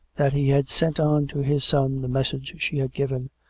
that he had sent on to his son the message she had given,